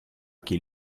che